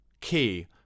key